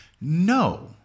No